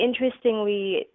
Interestingly